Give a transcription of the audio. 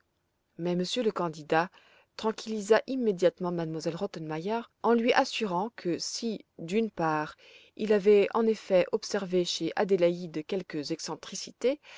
mais monsieur le candidat tranquillisa immédiatement m elle rottenmeier en lui assurant que si d'une part il avait en effet observé chez adélaïde quelques excentricités